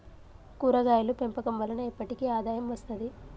కూరగాయలు పెంపకం వలన ఎప్పటికి ఆదాయం వస్తది